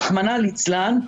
רחמנא ליצלן,